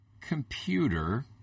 computer